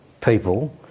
people